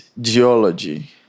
geology